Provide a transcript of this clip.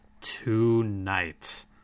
tonight